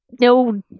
no